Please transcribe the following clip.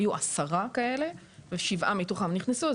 היו 10 כאלו וכשבעה מתוכם נכנסו,